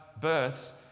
births